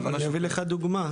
אני אתן לך דוגמא,